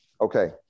Okay